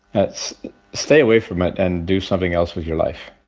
that stay away from it and do something else with your life